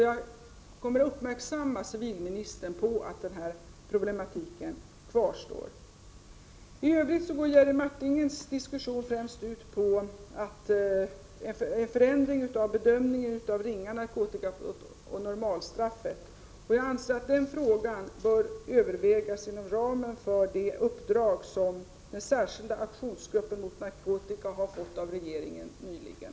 Jag kommer att uppmärksamma civilministern på att denna problematik kvarstår. I övrigt handlar Jerry Martingers diskussion främst om en förändring av bedömningen av ringa narkotikabrott och normalstraffet. Jag anser att den frågan bör övervägas inom ramen för det uppdrag som den särskilda aktionsgruppen mot narkotika nyligen har fått av regeringen.